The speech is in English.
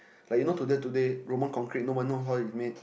like you know today today Roman concrete no one knows how it's made